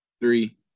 three